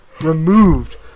removed